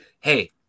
hey